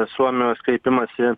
suomijos kreipimąsi